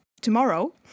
tomorrow